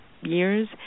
years